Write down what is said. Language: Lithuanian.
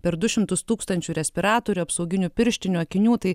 per du šimtus tūkstančių respiratorių apsauginių pirštinių akinių tai